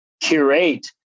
curate